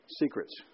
secrets